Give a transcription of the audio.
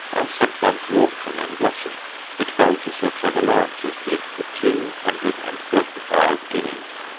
and sent one to auction in blossom it fell to sir trevor lawrence's bid for two hundred and thirty five guineas.